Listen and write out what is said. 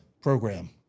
program